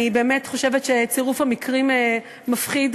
אני באמת חושבת שצירוף המקרים מפחיד.